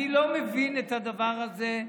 אני לא מבין את הדבר הזה.